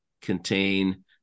contain